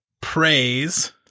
praise